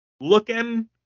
looking